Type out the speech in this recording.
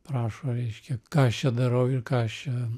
rašo reiškia ką aš čia darau ir ką aš čia